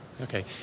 Okay